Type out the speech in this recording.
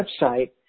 website